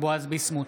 בועז ביסמוט,